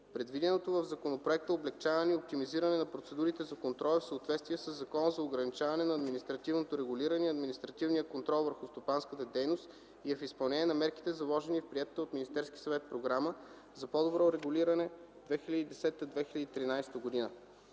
Предвиденото в законопроекта облекчаване и оптимизиране на процедурите за контрол е в съответствие със Закона за ограничаване на административното регулиране и административния контрол върху стопанската дейност и е в изпълнение на мерките, заложени в приетата от Министерския съвет Програма за по-добро регулиране 2010-2013 г.